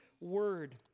word